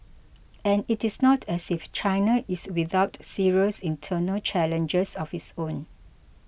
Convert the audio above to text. and it is not as if China is without serious internal challenges of its own